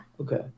Okay